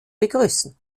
begrüßen